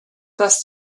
das